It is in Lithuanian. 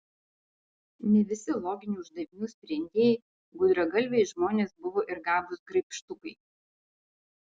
ne visi loginių uždavinių sprendėjai gudragalviai žmonės buvo ir gabūs graibštukai